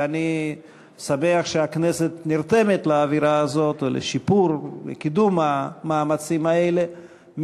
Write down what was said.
ואני שמח שהכנסת נרתמת לאווירה הזאת או לשיפור ולקידום המאמצים האלה,